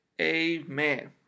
Amen